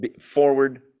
forward